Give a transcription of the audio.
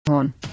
on